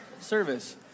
service